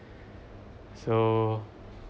so